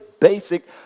basic